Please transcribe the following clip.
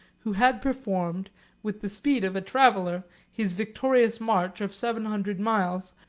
who had performed with the speed of a traveller, his victorious march of seven hundred miles,